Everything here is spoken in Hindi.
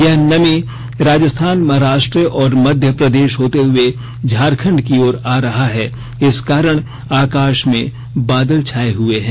यह नमी राजस्थान महाराष्ट्र और मध्यप्रदेश होते हुए झारखंड की ओर आ रहा है इस कारण आकाश में बादल छाये हुए हैं